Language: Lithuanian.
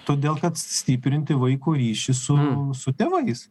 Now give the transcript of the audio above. todėl kad stiprinti vaiko ryšį su su tėvais